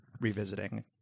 revisiting